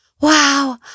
Wow